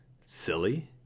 Silly